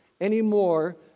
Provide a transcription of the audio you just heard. anymore